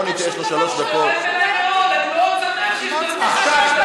אין כאן שום דבר שלא, שהוא